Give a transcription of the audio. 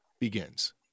begins